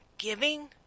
Giving